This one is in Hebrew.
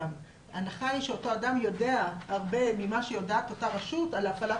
ההנחה היא שאותו אדם יודע הרבה ממה שיודעת אותה רשות על הפעלת